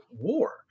war